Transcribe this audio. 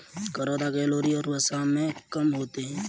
करौंदा कैलोरी और वसा में कम होते हैं